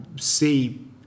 see